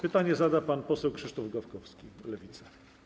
Pytanie zada pan poseł Krzysztof Gawkowski, Lewica.